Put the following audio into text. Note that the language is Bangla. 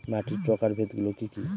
মাটির প্রকারভেদ গুলো কি কী?